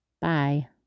bye